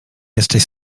jesteś